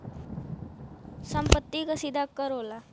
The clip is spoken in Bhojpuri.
सम्पति कर सीधा कर होला